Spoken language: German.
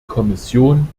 kommission